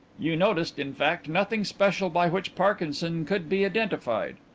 you noticed, in fact, nothing special by which parkinson could be identified?